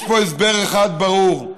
יש פה הסבר אחד ברור: